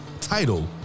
title